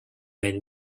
meil